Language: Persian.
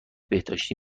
بهداشتی